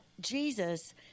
Jesus